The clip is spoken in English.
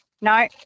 No